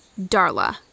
Darla